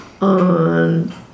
on